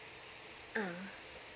ah